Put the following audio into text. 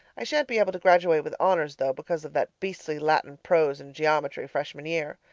i shan't be able to graduate with honours though, because of that beastly latin prose and geometry freshman year.